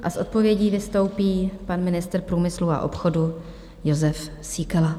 S odpovědí vystoupí pan ministr průmyslu a obchodu Jozef Síkela.